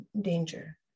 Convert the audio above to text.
danger